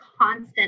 constant